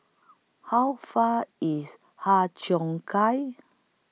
How Far IS Har Cheong Gai